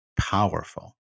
powerful